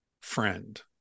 friend